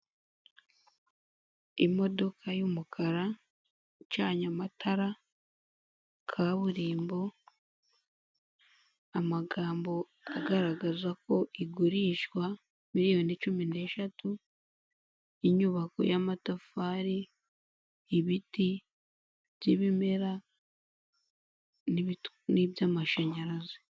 Imodoka y'umukara icanye amatara, kaburimbo, amagambo agaragaza ko igurishwa miliyoni cumi n'eshatu, inyubako y'amatafari, ibiti by'ibimera n'ibyamashanyarazi.